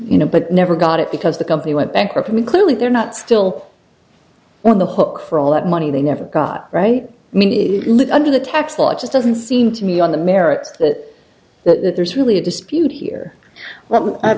you know but never got it because the company went bankrupt i mean clearly they're not still well the hook for all that money they never got right under the tax law just doesn't seem to me on the merits that there's really a dispute here well